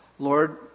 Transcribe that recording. Lord